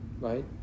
right